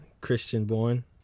Christian-born